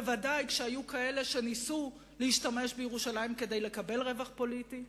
בוודאי כשהיו כאלה שניסו להשתמש בירושלים כדי לקבל רווח פוליטי,